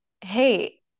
Hey